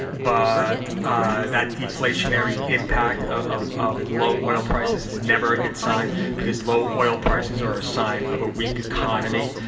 but ah that deflationary impact of of low oil prices is never a good sign because low oil prices are a sign of a weak economy.